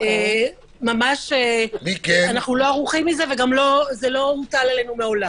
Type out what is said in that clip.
אנחנו לא ערוכים לזה, וזה לא הוטל עלינו מעולם.